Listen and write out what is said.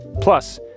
Plus